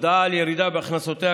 הודעה על ירידה בהכנסותיה,